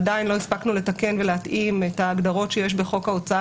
עדיין לא הספקנו לתקן ולהתאים את ההגדרות שיש בחוק ההוצאה